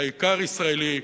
העיקר, ישראלי,